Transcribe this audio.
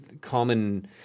common